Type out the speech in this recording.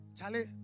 Charlie